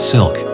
Silk